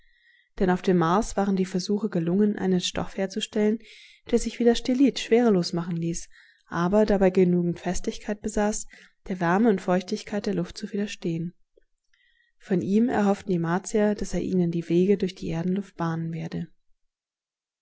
denn auf dem mars waren die versuche gelungen einen stoff herzustellen der sich wie das stellit schwerelos machen ließ aber dabei genügende festigkeit besaß der wärme und feuchtigkeit der luft zu widerstehen von ihm erhofften die martier daß er ihnen die wege durch die erdenluft bahnen werde